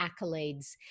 accolades